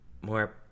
more